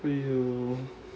mm